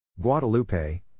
Guadalupe